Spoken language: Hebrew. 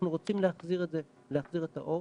אנחנו רוצים להחזיר את זה, להחזיר את האור.